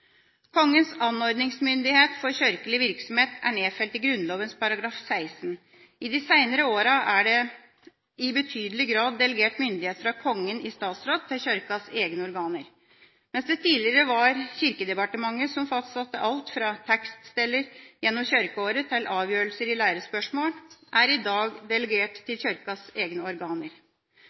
Kongens anordningsmyndighet for kirkelig virksomhet er nedfelt i Grunnloven § 16. I de seinere åra er det i betydelig grad delegert myndighet fra Kongen i statsråd til Kirkas egne organer. Mens det tidligere var Kirkedepartementet som fastsatte alt fra tekststeder gjennom kirkeåret til avgjørelser i lærespørsmål, er det i dag delegert til Kirkas egne organer.